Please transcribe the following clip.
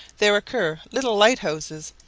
there occur little lighthouses,